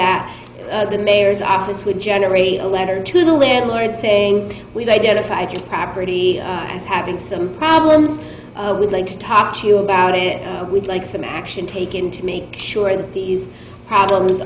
that the mayor's office would generate a letter to the landlord saying we've identified your property as having some problems i would like to talk to you about it we'd like some action taken to make sure that these problems